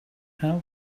how